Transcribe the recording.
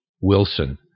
Wilson